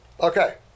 Okay